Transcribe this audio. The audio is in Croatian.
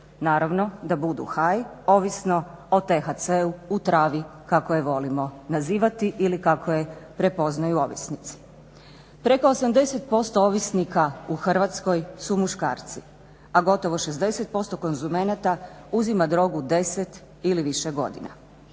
naravno da budu high ovisno o THC-u u travi kako je volimo nazivati ili kako je prepoznaju ovisnici. Preko 80% ovisnika u Hrvatskoj su muškarci, a gotovo 60% konzumenata uzima drogu 10 ili više godina.